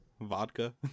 vodka